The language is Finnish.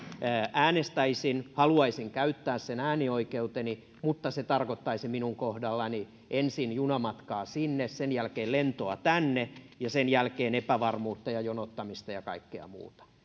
äänestäisin haluaisin käyttää sen äänioikeuteni mutta se tarkoittaisi minun kohdallani ensin junamatkaa sinne sen jälkeen lentoa tänne ja sen jälkeen epävarmuutta ja jonottamista ja kaikkea muuta